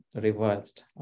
reversed